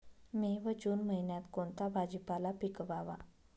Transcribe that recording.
मे व जून महिन्यात कोणता भाजीपाला पिकवावा?